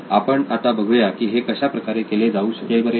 आपण आता बघुया की हे कशा प्रकारे केले जाऊ शकेल बरे